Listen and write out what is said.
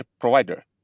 provider